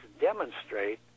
demonstrate